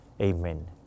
Amen